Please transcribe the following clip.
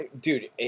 dude